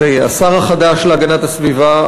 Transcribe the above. את השר החדש להגנת הסביבה,